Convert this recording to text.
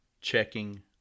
Checking